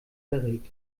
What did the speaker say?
erregt